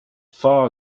far